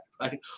right